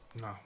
No